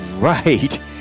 Right